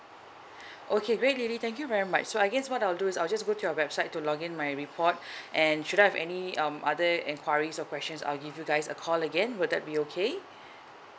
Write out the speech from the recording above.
okay great lily thank you very much so I guess what I will do is I will just go to our website to log in my report and should I have any um other inquiries or questions I will give you guys a call again would that be okay